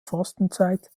fastenzeit